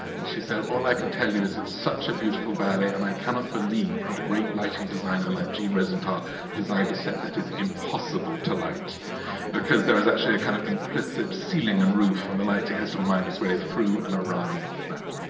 and she said all i can tell you is it's such a beautiful ballet and i cannot believe that a great lighting designer like jean rosenthal designed a set that is impossible to light because there is actually a kind of implicit ceiling and roof and the lighting has to wind its way through and around that